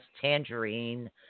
tangerine